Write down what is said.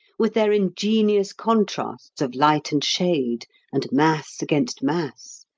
with their ingenious contrasts of light and shade and mass against mass.